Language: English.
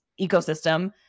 ecosystem